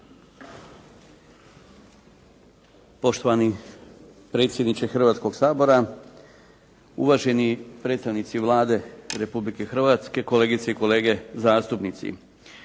Poštovani predsjedniče Hrvatskoga sabora, uvaženi predstavnici Vlade Republike Hrvatske, kolegice i kolege zastupnici.